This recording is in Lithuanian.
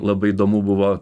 labai įdomu buvo